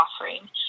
offering